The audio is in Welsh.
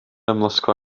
amlosgfa